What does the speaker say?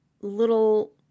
little